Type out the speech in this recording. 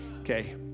okay